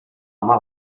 ama